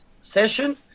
session